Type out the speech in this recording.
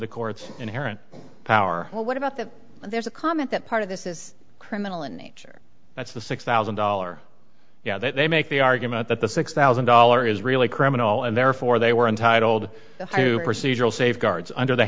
the court's inherent power what about that there's a comment that part of this is criminal in nature that's the six thousand dollar yeah they make the argument that the six thousand dollar is really criminal and therefore they were entitled to procedural safeguards under the